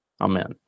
amen